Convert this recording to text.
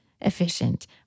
efficient